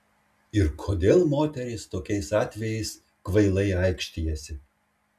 ir kodėl moterys tokiais atvejais kvailai aikštijasi